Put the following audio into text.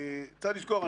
צריך לזכור,